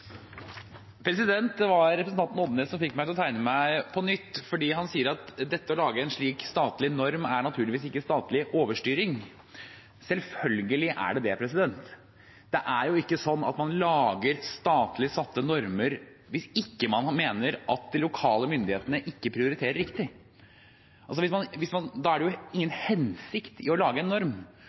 Det var representanten Odnes som fikk meg til å tegne meg på talerlisten på nytt, for han sier at det å lage en slik statlig norm naturligvis ikke er statlig overstyring. Selvfølgelig er det det. Det er ikke sånn at man lager statlig satte normer hvis man ikke mener at de lokale myndighetene ikke prioriterer riktig. Det er ingen hensikt i å lage en norm hvis man ikke mener det.